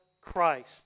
Christ